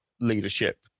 leadership